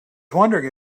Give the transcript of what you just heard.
wondering